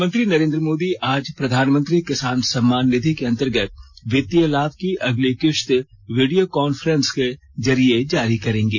प्रधानमंत्री नरेंद्र मोदी आज प्रधानमंत्री किसान सम्मान निधि के अंतर्गत वित्तीय लाभ की अगली किश्त वीडियो कॉन्फ्रेंस के जरिए जारी करेंगे